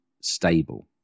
stable